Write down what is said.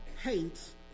hates